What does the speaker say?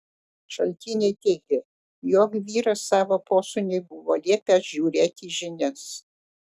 šaltiniai teigė jog vyras savo posūniui buvo liepęs žiūrėti žinias